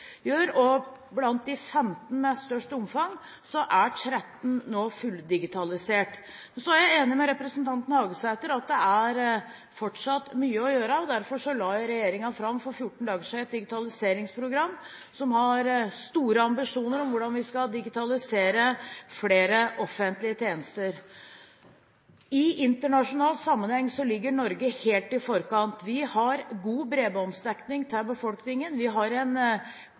og blant de 15 med størst omfang er 13 nå fulldigitalisert. Så er jeg enig med representanten Hagesæter i at det er fortsatt mye å gjøre. Derfor la regjeringen for 14 dager siden fram et digitaliseringsprogram, som har store ambisjoner for hvordan vi skal digitalisere flere offentlige tjenester. I internasjonal sammenheng ligger Norge helt i forkant. Vi har god bredbåndsdekning til befolkningen. Vi har en